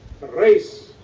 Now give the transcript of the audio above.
race